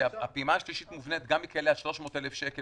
כי הפעימה השלישית מובנית מכאלה שעד 300,000 שקלים